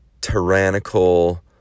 tyrannical